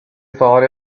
thought